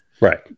right